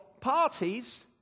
parties